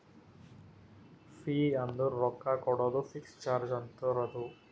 fee ಅಂದುರ್ ರೊಕ್ಕಾ ಕೊಡೋದು ಫಿಕ್ಸ್ ಚಾರ್ಜ್ ಇರ್ತುದ್ ಅದು